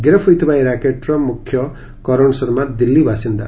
ଗିରଫ ହୋଇଥିବା ଏହି ର୍ୟାକେଟ୍ର ମୁଖ୍ୟ କରଣ ଶର୍ମା ଦିଲ୍ଲୀ ବାସିନ୍ଦା